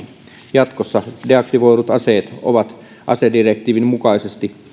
jatkossa deaktivoidut aseet ovat asedirektiivin mukaisesti